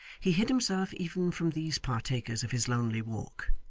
he hid himself even from these partakers of his lonely walk,